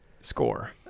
score